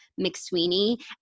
McSweeney